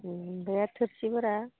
ओमफ्राय आरो थोरसिफोरा